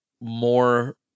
more